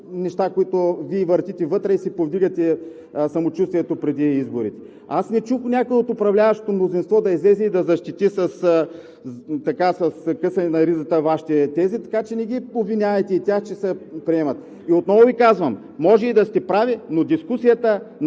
нещата, които въртите вътре и си повдигате самочувствието преди изборите. Аз не чух някой от управляващото мнозинство да излезе и да защити с късане на ризата Вашите тези, така че не ги обвинявайте и тях, че се приемат. Отново Ви казвам: може и да сте прави, но на дискусията по